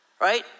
right